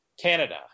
Canada